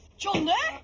chunder